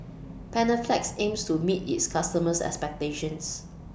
Panaflex aims to meet its customers' expectations